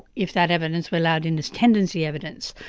if that evidence were allowed in as tendency evidence,